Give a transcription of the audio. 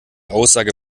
aussage